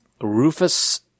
Rufus